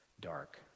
dark